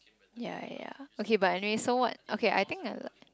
ya ya okay but anyway so what okay I think I li~